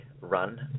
run